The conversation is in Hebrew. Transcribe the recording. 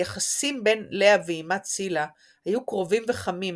היחסים בין לאה ואימה צילה היו קרובים וחמים,